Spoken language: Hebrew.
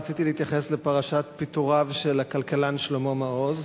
רציתי להתייחס לפרשת פיטוריו של הכלכלן שלמה מעוז.